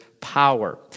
power